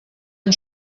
amb